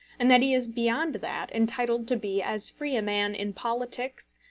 and that he is beyond that entitled to be as free a man in politics,